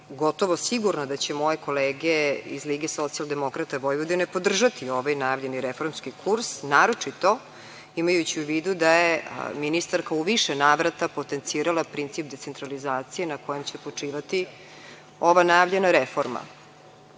gotovo sigurna da će moje kolege iz LSV podržati ovaj najavljeni reformski kurs, naročito imajući u vidu da je ministarka u više navrata potencirala princip decentralizacije na kojim će počivati ova najavljena reforma. Verovala